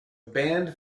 band